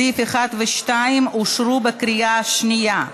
סעיפים 1 ו-2 אושרו בקריאה שנייה,